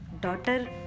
daughter